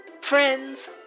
Friends